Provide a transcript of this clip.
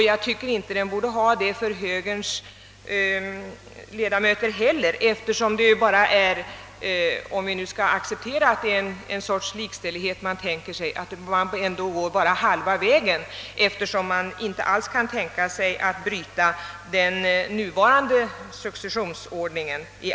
Jag tycker inte att den borde ha det för högerns ledamöter heller, eftersom de ju — om vi nu skall acceptera att det gäller en sorts likställighet — bara går halva vägen och inte kan tänka sig att bryta den nuvarande successionsordningen.